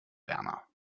werner